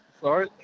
sorry